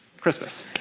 Christmas